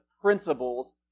principles